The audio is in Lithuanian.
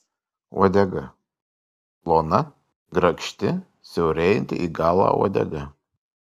uodega plona grakšti siaurėjanti į galą uodega